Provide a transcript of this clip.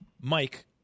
Mike